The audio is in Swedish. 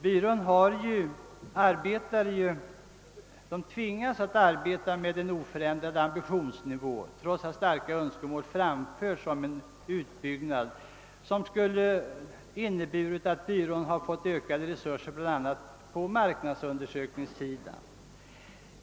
Byrån tvingas arbeta med en oförändrad ambitionsnivå trots att starka önskemål framförts om en utbyggnad, som skulle inneburit att byrån fått ökade resurser på bl.a. marknadsundersökningssidan.